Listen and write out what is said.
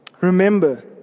Remember